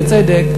בצדק,